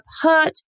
hurt